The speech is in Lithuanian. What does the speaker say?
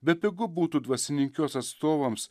bepigu būtų dvasininkijos atstovams